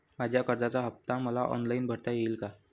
माझ्या कर्जाचा हफ्ता मला ऑनलाईन भरता येईल का?